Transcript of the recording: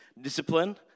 discipline